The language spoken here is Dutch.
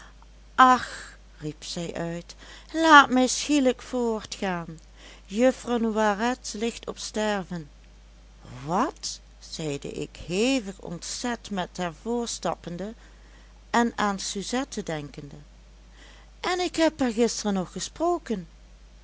ach riep zij uit laat mij schielijk voortgaan juffrouw noiret ligt op sterven wat zeide ik hevig ontzet met haar voortstappende en aan suzette denkende en ik heb haar gisteren nog gesproken